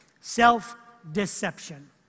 Self-deception